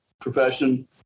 profession